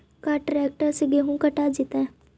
का ट्रैक्टर से गेहूं कटा जितै?